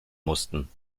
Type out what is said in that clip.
mussten